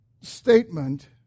statement